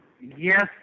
yes